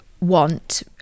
want